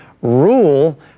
rule